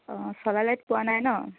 অঁ চলাৰ লাইট পোৱা নাই ন